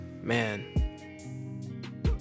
man